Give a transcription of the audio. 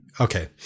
Okay